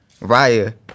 Raya